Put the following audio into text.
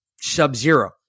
sub-zero